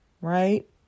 Right